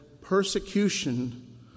persecution